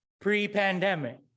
pre-pandemic